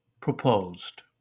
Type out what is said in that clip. proposed